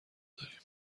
داریم